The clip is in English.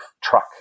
truck